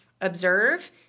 Observe